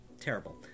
terrible